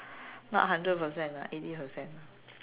not hundred percent lah eighty percent lah